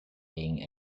being